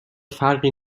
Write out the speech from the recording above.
فرقی